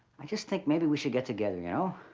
i just think maybe we should get together, you know.